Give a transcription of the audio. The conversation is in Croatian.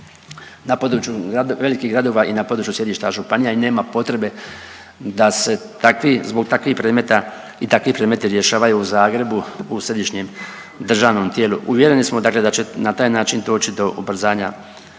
na području velikih gradova i na području sjedišta županija i nema potrebe da se takvi, zbog takvih predmeta i takvi predmeti rješavaju u Zagrebu u središnjem državnom tijelu. Uvjereni smo dakle da će na taj način doći do ubrzanja